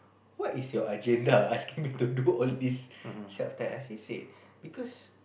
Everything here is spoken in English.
what is your agenda asking me to do all this set of test as she said because